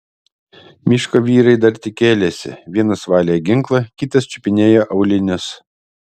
miško vyrai dar tik kėlėsi vienas valė ginklą kitas čiupinėjo aulinius